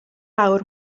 awr